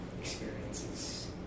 experiences